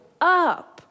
up